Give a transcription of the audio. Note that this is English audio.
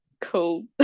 cool